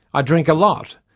i drink a lot.